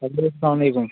hello اسلام علیکُم